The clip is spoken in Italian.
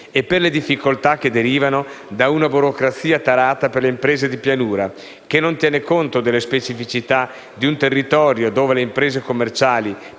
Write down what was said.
e per le difficoltà che derivano da una burocrazia tarata per le imprese di pianura, che non tiene conto delle specificità di un territorio dove le imprese commerciali,